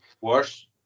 worse